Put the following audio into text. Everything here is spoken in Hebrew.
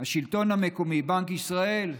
השלטון המקומי, בנק ישראל,